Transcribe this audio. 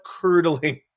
curdling